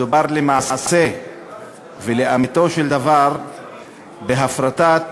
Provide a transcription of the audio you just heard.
מדובר למעשה ולאמיתו של דבר בהפרטת